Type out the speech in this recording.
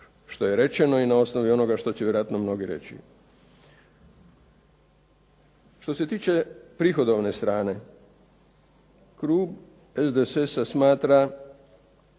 što je rečeno i na osnovi onoga što će vjerojatno mnogi reći. Što se tiče prihodovne strane klub SDSS-a smatra